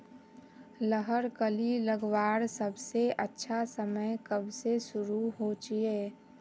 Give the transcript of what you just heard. लहर कली लगवार सबसे अच्छा समय कब से शुरू होचए?